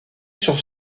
sur